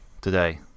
Today